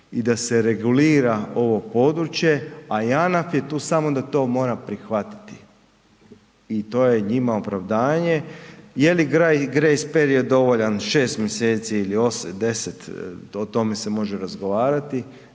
i da se regulira ovo područje, a JANAF je tu samo da to mora prihvatiti i to je njima opravdanje, jel li grejs period dovoljan 6 mjeseci ili 8, 10, o tome se može razgovarati,